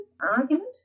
argument